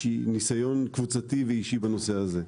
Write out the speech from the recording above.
מניסיון קבוצתי ואישי בנושא הזה.